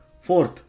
Fourth